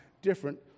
Different